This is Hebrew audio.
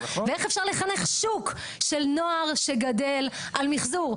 ואיך אפשר לחנך שוק של נוער שגדל על מיחזור?